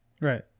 Right